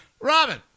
Robin